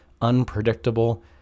unpredictable